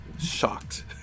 shocked